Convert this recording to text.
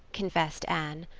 confessed anne.